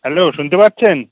hello শুনতে পাচ্ছেন